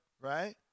right